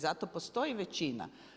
Zato postoji većina.